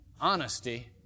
honesty